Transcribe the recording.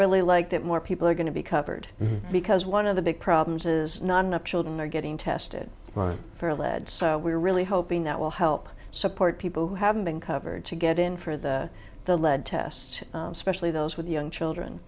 really like that more people are going to be covered because one of the big problems is not enough children are getting tested for lead so we're really hoping that will help support people who haven't been covered to get in for the the lead test specially those with young children